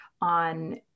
on